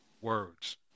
words